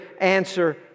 answer